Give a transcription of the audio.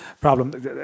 problem